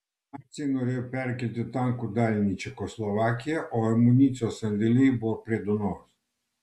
naciai norėjo perkelti tankų dalinį į čekoslovakiją o amunicijos sandėliai buvo prie dunojaus